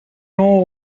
know